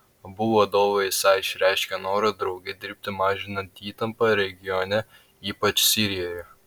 abu vadovai esą išreiškė norą drauge dirbti mažinant įtampą regione ypač sirijoje